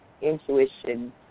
intuition